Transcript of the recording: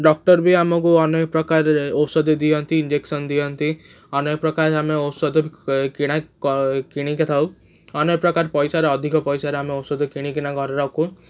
doctor ବି ଆମକୁ ଅନେକପ୍ରକାର ଔଷଧ ଦିଅନ୍ତି ଇଞ୍ଜେକ୍ସନ୍ ଦିଅନ୍ତି ଅନେକପ୍ରକାର ଆମେ ଔଷଧ ବି କିଣା କିଣିକି ଥାଉ ଅନେକପ୍ରକାର ପଇସାର ଅଧିକ ପଇସାର ଆମେ ଔଷଧ କିଣିକିନା ଘରେ ରଖୁ